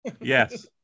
Yes